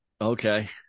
okay